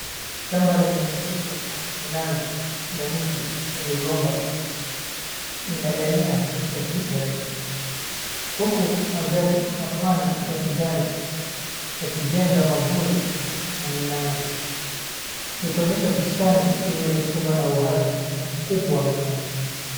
Shamba lenye misitu minene ya mti ya migomba inayoenea katika picha yote huku majani mapana ya kijani yakijenga mwavuli minene, ikionyesha bustani yenye rutuba na uhai mkubwa wa mimea.